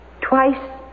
Twice